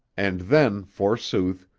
and then, forsooth,